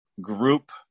group